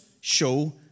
show